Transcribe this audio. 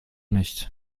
nicht